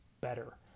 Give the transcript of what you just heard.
better